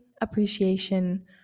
appreciation